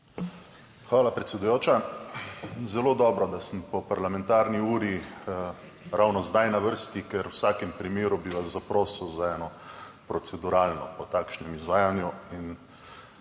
Hvala, predsedujoča. Zelo dobro, da sem po parlamentarni uri ravno zdaj na vrsti, ker bi vas v vsakem primeru zaprosil za eno proceduralno po takšnem izvajanju